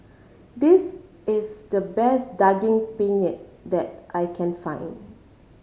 this is the best Daging Penyet that I can find